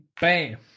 Bam